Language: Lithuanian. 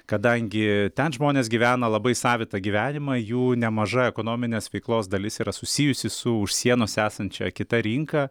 kadangi ten žmonės gyvena labai savitą gyvenimą jų nemaža ekonominės veiklos dalis yra susijusi su už sienos esančia kita rinka